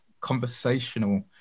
conversational